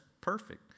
perfect